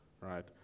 right